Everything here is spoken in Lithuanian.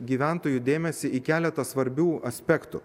gyventojų dėmesį į keletą svarbių aspektų